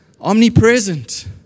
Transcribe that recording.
omnipresent